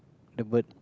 the bird